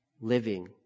living